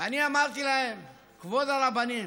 ואני אמרתי להם: כבוד הרבנים,